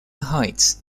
heights